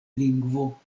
lingvo